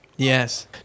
yes